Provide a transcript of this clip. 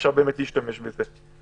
אפשר להשתמש בזה.